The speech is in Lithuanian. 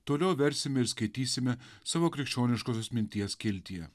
toliau versime ir skaitysime savo krikščioniškosios minties skiltyje